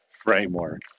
framework